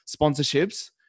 sponsorships